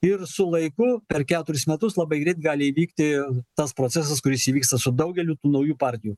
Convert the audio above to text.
ir su laiku per keturis metus labai greit gali įvykti tas procesas kuris įvyksta su daugeliu tų naujų partijų